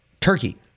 Turkey